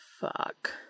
Fuck